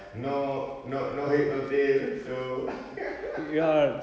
no no no head no tail so